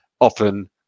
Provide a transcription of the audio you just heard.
often